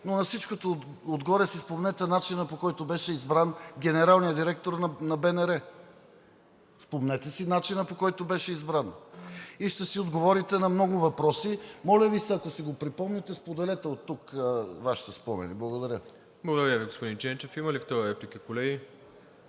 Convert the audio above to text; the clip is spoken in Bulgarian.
но на всичкото отгоре си спомнете начина, по който беше избран генералният директор на БНР. Спомнете си начина, по който беше избран, и ще си отговорите на много въпроси! Моля Ви се, ако си го припомните, споделете оттук Вашите спомени. Благодаря. ПРЕДСЕДАТЕЛ МИРОСЛАВ ИВАНОВ: Благодаря Ви, господин Ченчев. Има ли втора реплика, колеги?